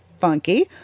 funky